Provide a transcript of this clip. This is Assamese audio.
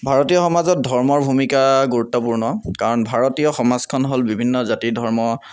ভাৰতীয় সমাজত ধৰ্মৰ ভূমিকা গুৰুত্বপূৰ্ণ কাৰণ ভাৰতীয় সমাজখন হ'ল বিভিন্ন জাতি ধৰ্ম